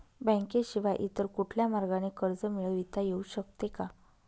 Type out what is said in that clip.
बँकेशिवाय इतर कुठल्या मार्गाने कर्ज मिळविता येऊ शकते का?